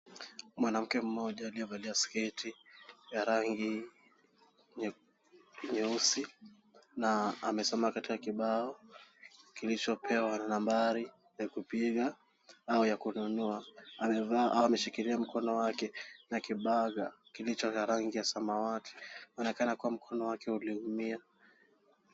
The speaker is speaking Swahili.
Mwanamke mmoja aliyevalia sketi ya rangi nyeusi na amesimama katika kibao kilichopewa nambari ya kupiga au ya kununua. Amevaa au ameshikilia mkono wake na kibaga kilicho na rangi ya samawati. Inaonekana kuwa mkono wake uliumia.